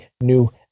new